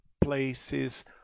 places